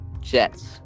Jets